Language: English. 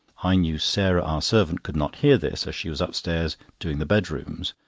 i knew sarah, our servant, could not hear this, as she was upstairs doing the bedrooms,